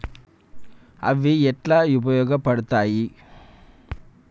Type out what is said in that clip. అవి ఎట్లా ఉపయోగ పడతాయి?